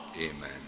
Amen